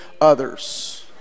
others